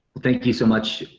thank you so much,